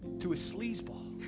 to a sleazeball